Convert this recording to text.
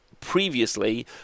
previously